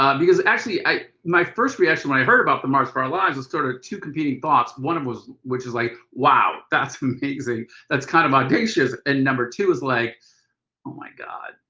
um because actually, i my first reaction when i heard about the march for our lives was sort of two competing thoughts. one of them was which is like wow that's amazing. that's kind of audacious. and number two is like oh my god,